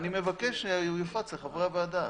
אני מבקש שהוא יופץ לחברי הוועדה.